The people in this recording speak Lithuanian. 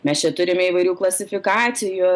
mes čia turime įvairių klasifikacijų